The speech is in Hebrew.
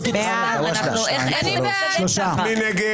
מי נגד?